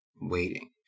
waiting